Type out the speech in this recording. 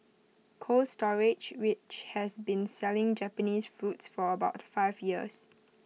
cold storage which has been selling Japanese fruits for about five years